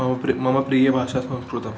मम मम प्रिय भाषा संस्कृतम्